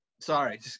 Sorry